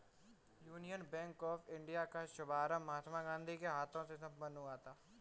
union bank of India का शुभारंभ महात्मा गांधी के हाथों से संपन्न हुआ था